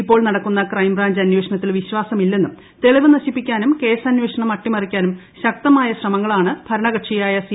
ഇപ്പോൾ നടക്കുന്ന ക്രൈംബ്രാഞ്ച് അന്വേഷണത്തിൽ വിശ്വാസമില്ലെന്നും തെളിവ് നശിപ്പിക്കാനും കേസന്വേഷണം അട്ട്രിമറിക്കാനും ശക്തമായ ഭരണകക്ഷിയായുക്കുറ്സി